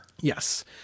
Yes